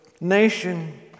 nation